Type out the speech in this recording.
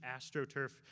AstroTurf